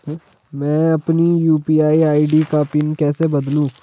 मैं अपनी UPI ID का पिन कैसे बदलूं?